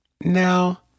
Now